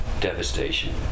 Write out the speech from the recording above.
devastation